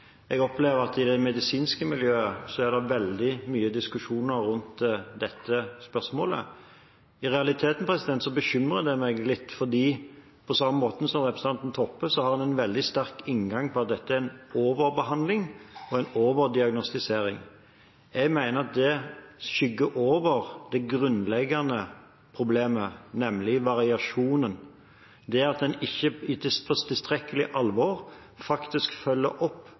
Jeg opplever at det i det medisinske miljøet er veldig mye diskusjoner rundt dette spørsmålet. I realiteten bekymrer det meg litt, for på samme måte som representanten Toppe har man en veldig sterk inngang om at dette er en overbehandling og en overdiagnostisering. Jeg mener at det skygger over det grunnleggende problemet, nemlig variasjonen – det at man ikke tar tilstrekkelig alvorlig og faktisk følger opp